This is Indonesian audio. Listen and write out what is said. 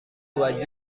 dua